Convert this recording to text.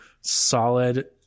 Solid